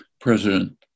President